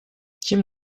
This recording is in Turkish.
kim